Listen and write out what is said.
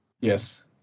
Yes